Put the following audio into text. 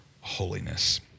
holiness